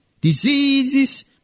diseases